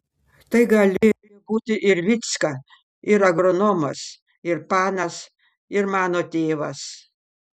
tai galėjo būti ir vycka ir agronomas ir panas ir mano tėvas